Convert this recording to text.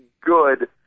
good